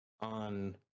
on